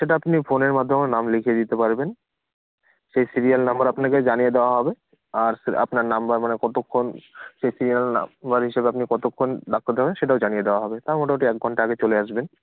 সেটা আপনি ফোনের মাধ্যমেও নাম লিখিয়ে দিতে পারবেন সেই সিরিয়াল নাম্বার আপনাকে জানিয়ে দেওয়া হবে আর আপনার নাম্বার মানে কতক্ষণ সেই সিরিয়াল নাম্বার হিসাবে আপনি কতক্ষণ ডাক দেওয়া হবে সেটাও জানিয়ে দেওয়া হবে তাও মোটামোটি এক ঘন্টা আগে চলে আসবেন